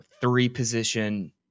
three-position